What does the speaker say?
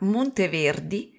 Monteverdi